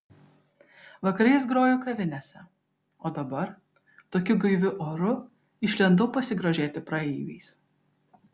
vakarais groju kavinėse o dabar tokiu gaiviu oru išlindau pasigrožėti praeiviais